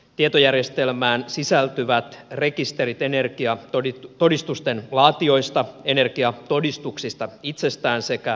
tietojärjestelmään sisältyvät rekisterit energiatodistusten laatijoista energiatodistuksista itsestään sekä valvontatiedoista